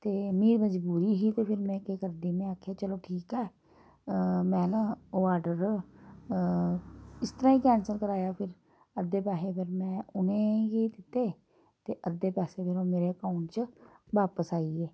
ते में मजबूरी ही ते फिर में केह् करदी में आखेआ चलो ठीक ऐ में ना ओह् आर्डर इस तरह ही कैंसल कराया फिर अद्धे पैहे फिर में उ'नें गी दित्ते ते अद्धे पैसे मेरे हून अकांउट च बापस आई गे